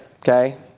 okay